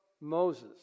Moses